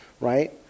right